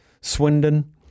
Swindon